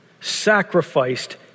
sacrificed